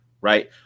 right